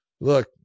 look